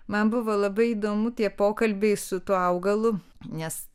man buvo labai įdomu tie pokalbiai su tuo augalu nes